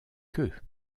eux